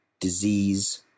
disease